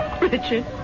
Richard